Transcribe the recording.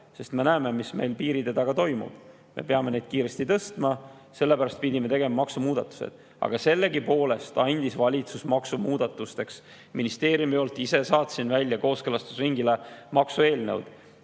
sest me näeme, mis meil piiride taga toimub. Me peame neid kiiresti tõstma, sellepärast pidime tegema maksumuudatused. Sellegipoolest andis valitsus maksumuudatusteks [aega], ministeeriumi poolt ise saatsin maksueelnõud välja kooskõlastusringile: käibemaksu